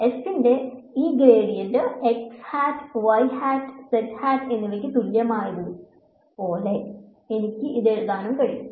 F ന്റെ ഈ gradient x hat y hat z hat എന്നിവക്ക് തുല്യമായതുപോലെ എനിക്ക് ഇത് എഴുതാനും കഴിയും